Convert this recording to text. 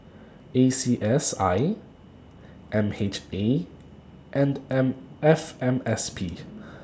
A C S I M H A and N F M S P